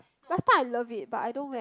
last time I love it but I don't wear